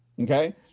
Okay